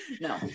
no